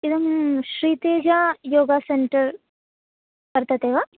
इदं श्रीतेजा योगा सेन्टर् वर्तते वा